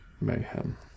mayhem